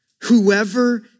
whoever